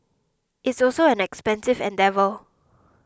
it's also an expensive endeavour